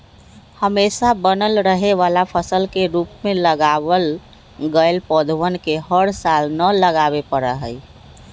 हमेशा बनल रहे वाला फसल के रूप में लगावल गैल पौधवन के हर साल न लगावे पड़ा हई